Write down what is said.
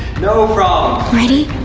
no problem. ready?